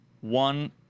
One